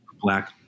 Black